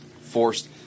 forced